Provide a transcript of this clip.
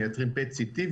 מייצרים PET CT,